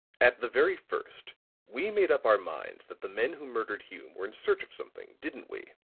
at the very first we made up our minds that the men who murdered hume were in search of something, didn't we?